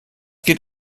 geht